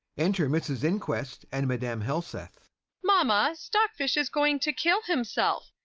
enter mrs inquest and madam helseth mamma, stockfish is going to kill himself.